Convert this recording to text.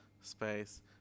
space